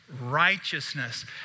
righteousness